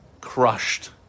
crushed